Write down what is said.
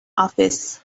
office